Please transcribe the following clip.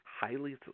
highly